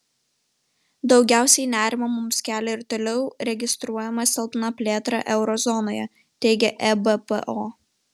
daugiausiai nerimo mums kelia ir toliau registruojama silpna plėtra euro zonoje teigia ebpo